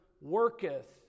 worketh